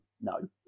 no